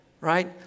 right